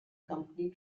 company